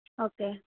okay